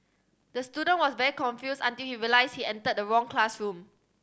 the student was very confused until he realised he entered the wrong classroom